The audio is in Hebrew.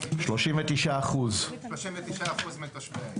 39% 39% מתושבי העיר.